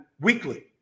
weekly